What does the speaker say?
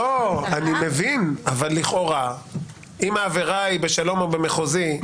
לכאורה אם העבירה היא בשלום או במחוזי,